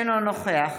אינו נוכח